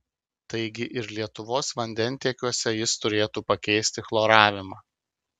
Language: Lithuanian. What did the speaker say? taigi ir lietuvos vandentiekiuose jis turėtų pakeisti chloravimą